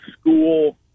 school